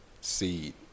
seed